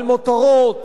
על מותרות,